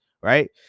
right